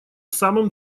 самым